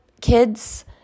kids